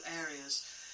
areas